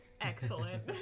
Excellent